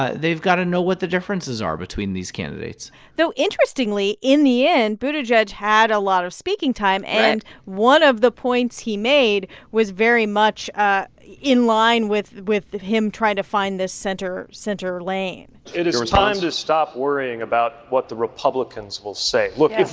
ah they've got to know what the differences are between these candidates though, interestingly, in the end, buttigieg had a lot of speaking time. and one of the points he made was very much ah in line with with him trying to find this center center lane it is time to stop worrying about what the republicans will say. look